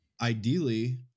Ideally